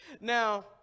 Now